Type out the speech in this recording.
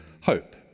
hope